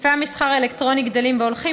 היקפי המסחר האלקטרוני גדלים והולכים